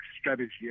strategy